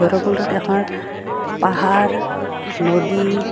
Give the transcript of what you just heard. ভৈৰৱকুণ্ডত এখন পাহাৰ নদী